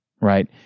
right